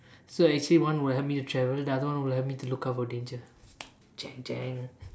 so actually one will help me to travel the other will help me to look out for danger